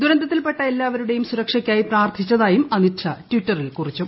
ദുരന്തത്തിൽപ്പെട്ട എല്ലാവരുടെയും സുരക്ഷയ്ക്കായി പ്രാർത്ഥിച്ചതായും അമിത് ഷാ ട്വിറ്ററിലൂടെ അറിയിച്ചു